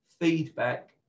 feedback